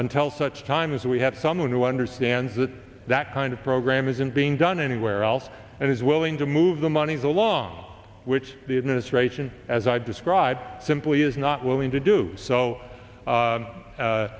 until such time as we have someone who understands that that kind of program isn't being done anywhere else and is willing to move the monies along which the administration as i've described simply is not willing to do so